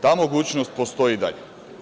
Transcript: Ta mogućnost postoji i dalje.